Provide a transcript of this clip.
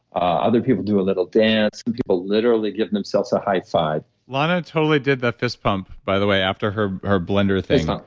other people do a little dance, and people literally give themselves a high five lana totally did the fist pump, by the way, after her her blender thing like